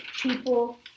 people